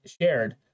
shared